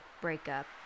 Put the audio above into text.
breakup